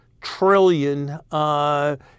trillion